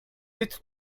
mit